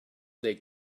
they